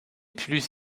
plus